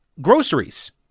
groceries